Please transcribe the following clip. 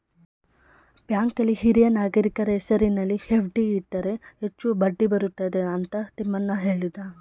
ಬ್ಯಾಂಕಲ್ಲಿ ಹಿರಿಯ ನಾಗರಿಕರ ಹೆಸರಿನಲ್ಲಿ ಎಫ್.ಡಿ ಇಟ್ಟರೆ ಹೆಚ್ಚು ಬಡ್ಡಿ ಬರುತ್ತದೆ ಅಂತ ತಿಮ್ಮಣ್ಣ ಹೇಳಿದ